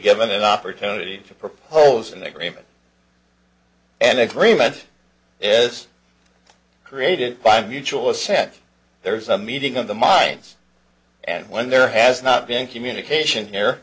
given an opportunity to propose an agreement an agreement is created by mutual assent there's a meeting of the minds and when there has not been communication